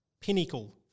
pinnacle